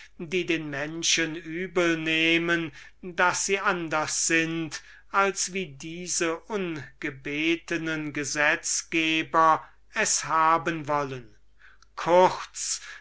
die den menschen übel nehmen daß sie anders sind als wie diese ungebetenen gesetzgeber es haben wollen kurz